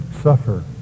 suffer